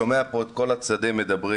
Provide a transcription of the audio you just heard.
אני שומע פה את כל הצדדים מדברים,